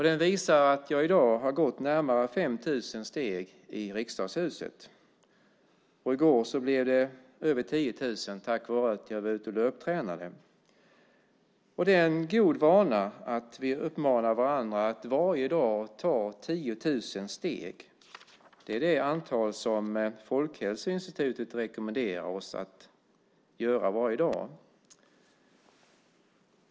Den visar att jag i dag har gått närmare 5 000 steg i Riksdagshuset. I går blev det över 10 000 steg tack vare att jag var ute och löptränade. Det är en god vana att vi uppmanar varandra att varje dag ta 10 000 steg. Det är det antal som Folkhälsoinstitutet rekommenderar oss att ta varje dag.